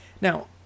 Now